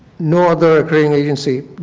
no other accrediting agency